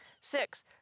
Six